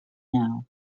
now